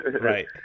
right